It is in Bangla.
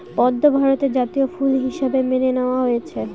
পদ্ম ভারতের জাতীয় ফুল হিসাবে মেনে নেওয়া হয়েছে